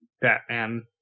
Batman